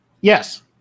Yes